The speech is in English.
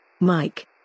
Mike